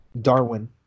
Darwin